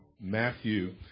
Matthew